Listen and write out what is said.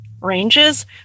ranges